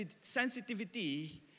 sensitivity